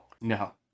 No